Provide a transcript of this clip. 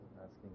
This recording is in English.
asking